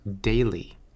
daily